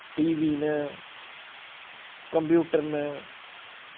T V न computer न